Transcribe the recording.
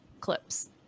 clips